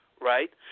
right